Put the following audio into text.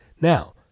Now